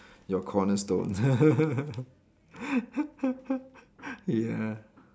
your cornerstone ya